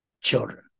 children